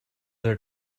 their